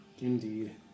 indeed